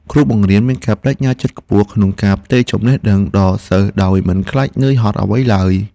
គ្រូបង្រៀនមានការប្តេជ្ញាចិត្តខ្ពស់ក្នុងការផ្ទេរចំណេះដឹងដល់សិស្សដោយមិនខ្លាចនឿយហត់អ្វីឡើយ។